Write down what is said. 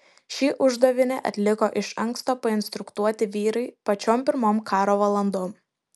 šį uždavinį atliko iš anksto painstruktuoti vyrai pačiom pirmom karo valandom